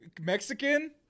Mexican